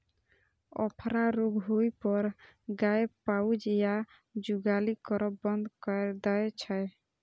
अफरा रोग होइ पर गाय पाउज या जुगाली करब बंद कैर दै छै